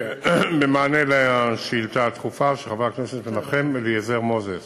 במענה על השאילתה הדחופה של חבר הכנסת מנחם אליעזר מוזס